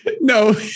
No